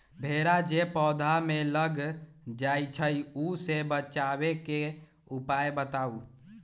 भेरा जे पौधा में लग जाइछई ओ से बचाबे के उपाय बताऊँ?